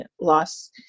loss